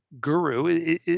guru